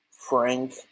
Frank